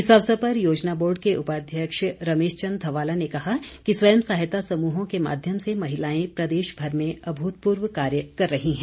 इस अवसर पर योजना बोर्ड के उपाध्यक्ष रमेश चंद ध्वाला ने कहा कि स्वयं सहायता समूहों के माध्यम से महिलाएं प्रदेश भर में अभूतपूर्व कार्य कर रही हैं